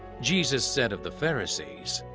jesus said of the pharisees,